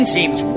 seems